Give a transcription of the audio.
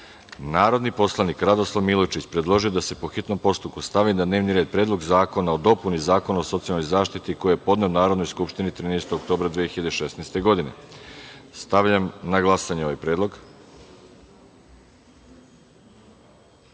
Predlog. Narodni poslanik Radoslav Milojičić predložio je da se po hitnom postupku stavi na dnevni red Predlog zakona o dopuni Zakona o socijalnoj zaštiti, koji je podneo Narodnoj skupštini 13. oktobra 2016. godine. Stavljam na glasanje ovaj